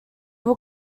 will